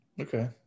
Okay